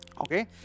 okay